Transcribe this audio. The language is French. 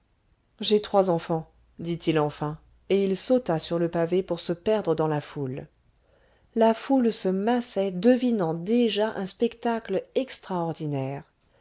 j'ai trois enfants dit-il enfin et il sauta sur le pavé pour se perdre dans la foule la foule se massait devinant déjà un spectacle extraordinaire